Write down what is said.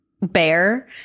bear